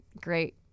Great